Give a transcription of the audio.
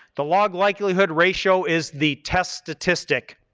the log likelihood ratio is the test statistic,